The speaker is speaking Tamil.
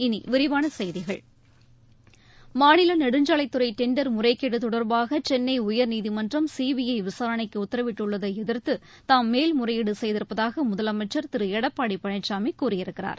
இனி விரிவான செய்திகள் மாநில நெடுஞ்சாலைத்துறை டெண்டர் முறைகேடு தொடர்பாக சென்னை உயர்நீதிமன்றம் சிபிஐ விசாரணைக்கு உத்தரவிட்டுள்ளதை எதிர்த்து தாம் மேல்முறையீடு செய்திருப்பதாக முதலமைச்சா் திரு எடப்பாடி பழனிசாமி கூறியிருக்கிறார்